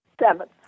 Seven